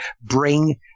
bring